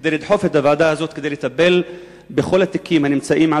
כדי לדחוף את הוועדה הזאת לטפל בכל התיקים הנמצאים על